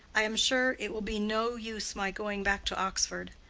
i am sure it will be no use my going back to oxford.